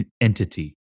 entity